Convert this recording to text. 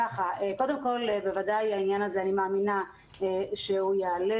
קודם כול, בוודאי אני מאמינה שהדבר הזה יעלה.